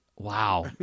Wow